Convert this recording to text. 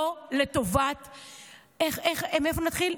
לא לטובת, מאיפה נתחיל?